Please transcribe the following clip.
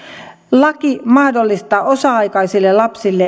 laki mahdollistaa osa aikaisille lapsille